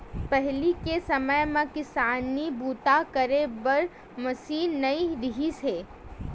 पहिली के समे म किसानी बूता करे बर मसीन नइ रिहिस हे